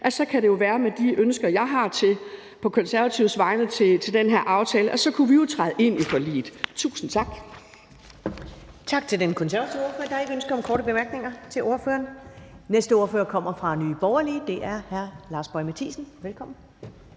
så kunne det jo være, at vi med de ønsker, jeg har på Konservatives vegne til den her aftale, kunne træde ind i forliget. Tusind tak. Kl. 13:16 Første næstformand (Karen Ellemann): Tak til den konservative ordfører. Der er ikke ønske om korte bemærkninger til ordføreren. Den næste ordfører kommer fra Nye Borgerlige, og det er hr. Lars Boje Mathiesen. Velkommen.